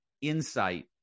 insight